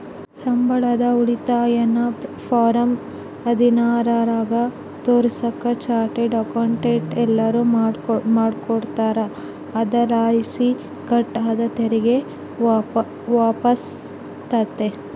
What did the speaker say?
ಸಂಬಳದ ಉಳಿತಾಯನ ಫಾರಂ ಹದಿನಾರರಾಗ ತೋರಿಸಾಕ ಚಾರ್ಟರ್ಡ್ ಅಕೌಂಟೆಂಟ್ ಎಲ್ಲನು ಮಾಡಿಕೊಡ್ತಾರ, ಅದರಲಾಸಿ ಕಟ್ ಆದ ತೆರಿಗೆ ವಾಪಸ್ಸಾತತೆ